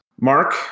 mark